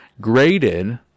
graded